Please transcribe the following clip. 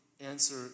answer